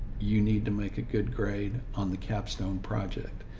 you need to make a good grade on the capstone project.